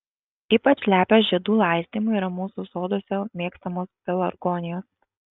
ypač lepios žiedų laistymui yra mūsų soduose mėgstamos pelargonijos